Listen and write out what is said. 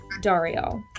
Dario